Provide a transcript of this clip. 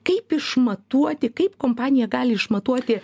kaip išmatuoti kaip kompanija gali išmatuoti